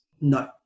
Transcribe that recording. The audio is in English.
No